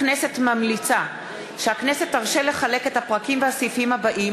ועדת הכנסת ממליצה שהכנסת תרשה לחלק את הפרקים והסעיפים הבאים,